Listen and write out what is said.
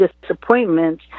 disappointment